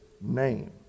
name